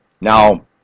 Now